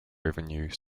revenue